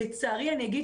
לצערי, אני אגיד